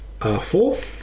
R4